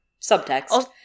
Subtext